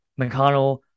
McConnell